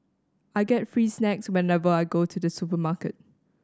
I get free snacks whenever I go to the supermarket